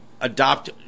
adopt